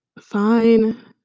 fine